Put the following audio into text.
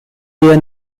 there